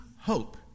hope